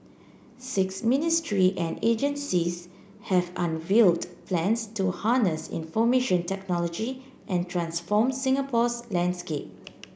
six ministry and agencies have unveiled plans to harness information technology and transform Singapore's landscape